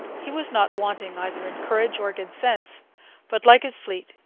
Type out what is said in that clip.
he was not wanting either in courage or good sense but, like his fleet,